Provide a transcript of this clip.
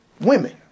women